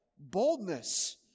boldness